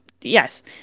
yes